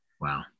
Wow